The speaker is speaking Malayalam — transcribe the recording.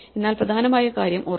എന്നാൽ പ്രധാനമായ കാര്യം ഓർക്കുക